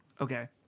Okay